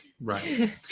Right